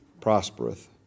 prospereth